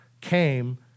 came